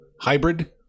hybrid